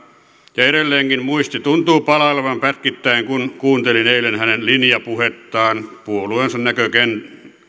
ja edelleenkin muisti tuntuu palailevan pätkittäin kun kuuntelin eilen hänen linjapuhettaan puolueensa näkökannalta